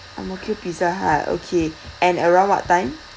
Ang Mo Kio pizza hut okay and around what time